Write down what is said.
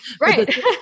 Right